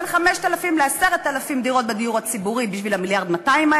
בין 5,000 ל-10,000 דירות בדיור הציבורי,